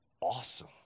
awesome